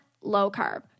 low-carb